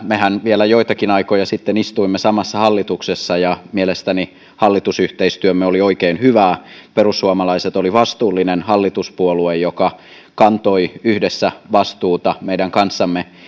mehän vielä joitakin aikoja sitten istuimme samassa hallituksessa ja mielestäni hallitusyhteistyömme oli oikein hyvää perussuomalaiset oli vastuullinen hallituspuolue joka kantoi yhdessä vastuuta meidän kanssamme